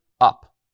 up